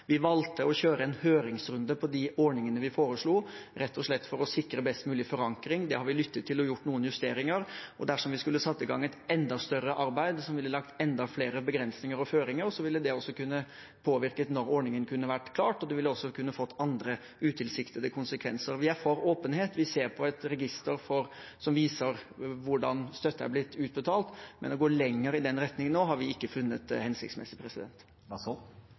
Vi valgte å kjøre en høringsrunde på de ordningene vi foreslo, rett og slett for å sikre best mulig forankring, og det har vi lyttet til og gjort noen justeringer ut fra. Dersom vi skulle ha satt i gang et enda større arbeid, som ville ha lagt enda flere begrensninger og føringer, ville det også kunne ha påvirket når ordningen kunne være klar, og det ville også kunne ha ført til andre utilsiktede konsekvenser. Vi er for åpenhet, og vi ser på et register som viser hvordan støtte er blitt utbetalt. Men å gå lenger i den retningen nå har vi ikke funnet hensiktsmessig. Det